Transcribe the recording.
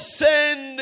send